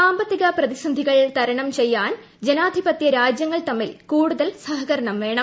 സാമ്പിത്തിക് പ്രതിസന്ധികൾ തരണം ചെയ്യാൻ ജനാധിപത്യ രാജ്യങ്ങൾ തമ്മിൽ കൂടുതൽ സഹകരണം വേണം